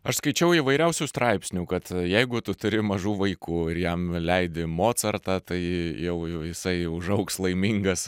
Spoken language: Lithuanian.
aš skaičiau įvairiausių straipsnių kad jeigu tu turi mažų vaikų ir jam leidi mocartą tai jau jisai užaugs laimingas